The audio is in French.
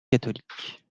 catholique